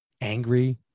angry